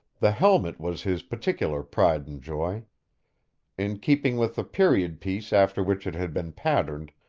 the helmet was his particular pride and joy in keeping with the period-piece after which it had been patterned,